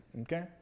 Okay